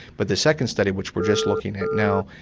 but the second study which we're just looking at now,